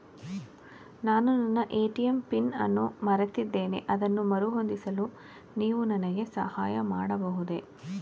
ನಾನು ನನ್ನ ATM PIN ಅನ್ನು ಮರೆತಿದ್ದೇನೆ ಅದನ್ನು ಮರುಹೊಂದಿಸಲು ನೀವು ನನಗೆ ಸಹಾಯ ಮಾಡಬಹುದೇ?